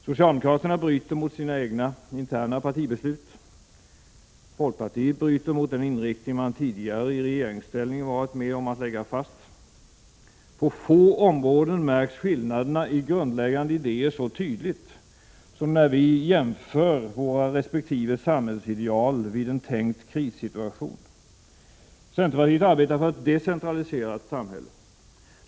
Socialdemokraterna bryter mot sina egna interna partibe slut, folkpartiet bryter mot den inriktning man tidigare i regeringsställning — Prot. 1986/87:133 varit med om att lägga fast. 1 juni 1987 På få områden märks skillnaderna i grundläggande idéer så tydligt som när vi jämför våra resp. samhällsideal vid en tänkt krissituation. Centerpartiet arbetar för ett decentraliserat samhälle.